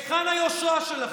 היכן היושרה שלכם,